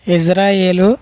Israel